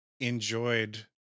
enjoyed